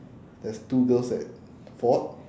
there's two girls that fought